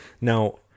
Now